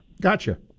Gotcha